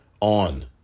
on